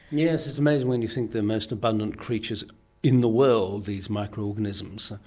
yes, it's amazing when you think the most abundant creatures in the world, these micro-organisms.